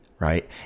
right